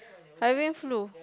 having flu